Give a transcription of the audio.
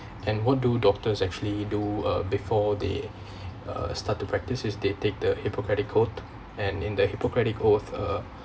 and what do doctors actually do uh before they uh start to practice is they take the hippocratic oath and in the hippocratic oath uh